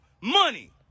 money